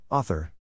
Author